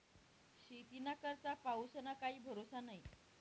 शेतीना करता पाऊसना काई भरोसा न्हई